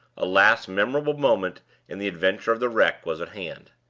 a last memorable moment in the adventure of the wreck was at hand.